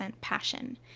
passion